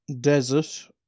Desert